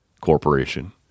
Corporation